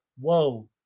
whoa